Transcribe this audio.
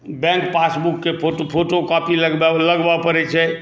bank पासबुकके photocopy लगबय पड़ैत छै